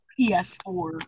PS4